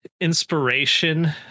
inspiration